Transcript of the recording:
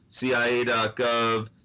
CIA.gov